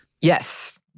Yes